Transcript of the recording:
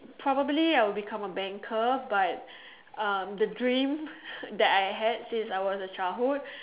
probably I'll become a banker but um the dream that I had since I was a childhood